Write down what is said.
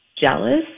jealous